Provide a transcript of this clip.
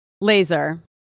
Laser